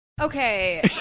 Okay